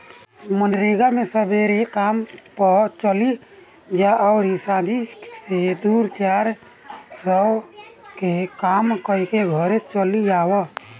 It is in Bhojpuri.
मनरेगा मे सबेरे काम पअ चली जा अउरी सांझी से दू चार सौ के काम कईके घरे चली आवअ